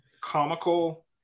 comical